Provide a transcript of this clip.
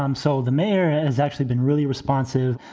um so the mayor has actually been really responsive.